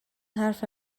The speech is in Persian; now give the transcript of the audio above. حرف